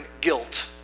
guilt